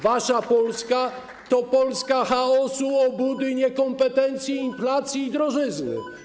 Wasza Polska to Polska chaosu, obłudy i niekompetencji, inflacji i drożyzny.